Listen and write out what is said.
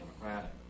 democratic